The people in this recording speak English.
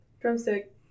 Drumstick